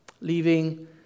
leaving